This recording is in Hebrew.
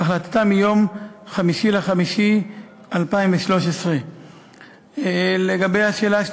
החלטתה מיום 5 במאי 2013. 2. לגבי השאלה